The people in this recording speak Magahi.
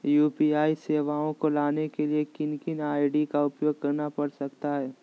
यू.पी.आई सेवाएं को लाने के लिए किन किन आई.डी का उपयोग करना पड़ सकता है?